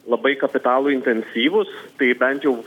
labai kapitalui intensyvūs tai bent jau